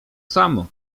samo